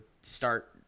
start